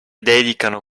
dedicano